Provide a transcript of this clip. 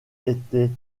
était